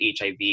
HIV